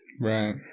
Right